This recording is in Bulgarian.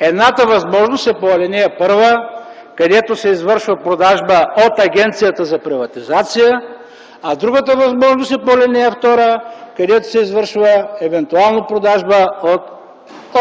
Едната е по ал. 1, където се извършва продажба от Агенцията за приватизация, а другата възможност е по ал. 2, където се извършва евентуално продажба от